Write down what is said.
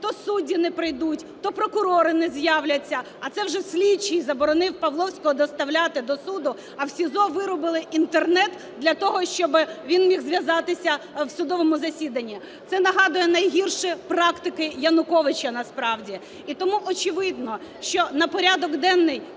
то судді не прийдуть, то прокурори не з'являться. А це вже слідчий заборонив Павловського доставляти до суду, а в СІЗО вирубили інтернет для того, щоб він міг з'являтися в судовому засіданні. Це нагадує найгірші практики Януковича насправді. І тому очевидно, що на порядок денний